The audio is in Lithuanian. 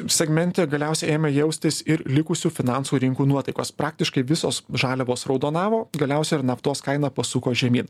segmente galiausiai ėmė jaustis ir likusių finansų rinkų nuotaikos praktiškai visos žaliavos raudonavo galiausia ir naftos kaina pasuko žemyn